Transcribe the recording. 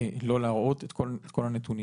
להראות את כל הנתונים.